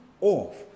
off